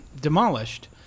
demolished